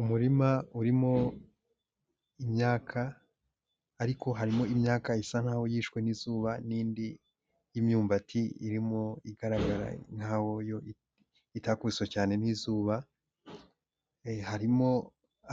Umurima urimo imyaka ariko harimo imyaka isa nkaho yishwe n'izuba n'indi y'imyumbati irimo igaragara nkaho yo itakubiswe cyane n'izuba, harimo